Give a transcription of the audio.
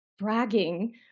bragging